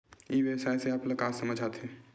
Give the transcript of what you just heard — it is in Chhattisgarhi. ई व्यवसाय से आप ल का समझ आथे?